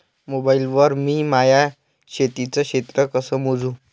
Mobile वर मी माया शेतीचं क्षेत्र कस मोजू?